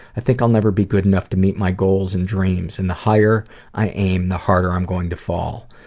i think i'll never be good enough to meet my goals and dreams and the higher i aim, the harder i am going to fall.